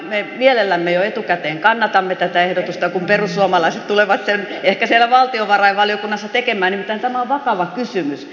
me mielellämme jo etukäteen kannatamme tätä ehdotusta kun perussuomalaiset tulee sen ehkä siellä valtiovarainvaliokunnassa tekemään nimittäin tämä on vakava kysymys